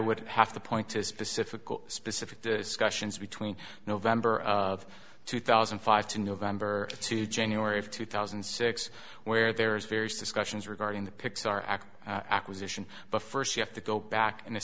would have to point to specific specific discussions between november of two thousand and five to november to january of two thousand and six where there's various discussions regarding the pixar act acquisition but first you have to go back